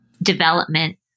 Development